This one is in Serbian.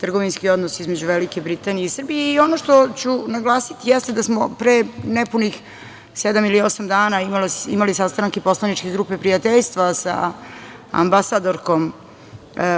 trgovinski odnos između Velike Britanije i Srbije, i ono što ću naglasiti jeste da smo pre nepunih sedam ili osam dana imali sastanak poslaničke grupe prijateljstva sa ambasadorkom